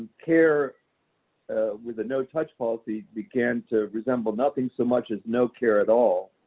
care with a no-touch policy began to resemble nothing so much as no care at all.